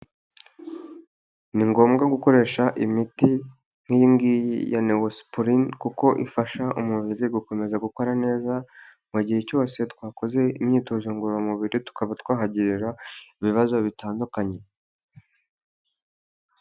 Ni ngombwa gukoresha imiti nkiy'igiyi ya neosporin kuko ifasha umubiri gukomeza gukora neza mu gihe cyose twakoze imyitozo ngorora mubiri tukaba twahagirira ibibazo bitandukanye.